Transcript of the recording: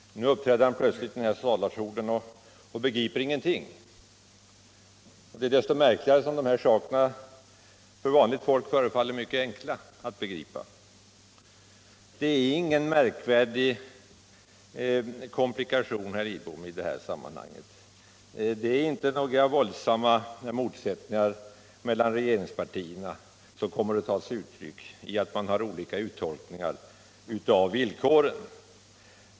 Nu uppträder han plötsligt i denna talarstol och begriper ingenting — desto märkligare som dessa saker för vanligt folk förefaller mycket enkla att begripa. Det finns inga märkvärdiga komplikationer i detta sammanhang, herr Lidbom, inga våldsamma motsättningar mellan regeringspartierna, som kommer att ta sig uttryck i olika uttolkningar av villkoren.